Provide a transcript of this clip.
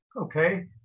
Okay